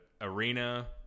arena